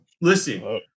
listen